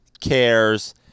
cares